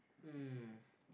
um